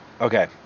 Okay